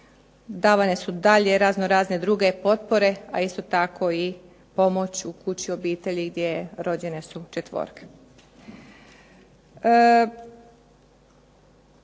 davane su daljnje razno razne druge potpore, a isto tako pomoć u obitelji u kući gdje su rođene četvorke.